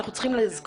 אנחנו צריכים לזכור,